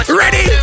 ready